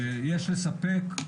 ויש לספק הגנה.